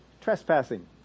trespassing